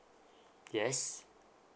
yes